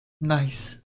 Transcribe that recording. Nice